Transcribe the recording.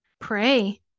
Pray